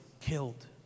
killed